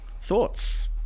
Thoughts